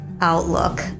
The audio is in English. outlook